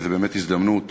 זו באמת הזדמנות